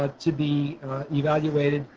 ah to be evaluated.